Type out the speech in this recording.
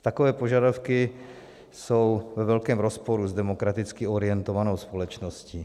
Takové požadavky jsou ve velkém rozporu s demokraticky orientovanou společností.